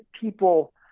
people